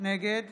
נגד